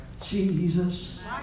Jesus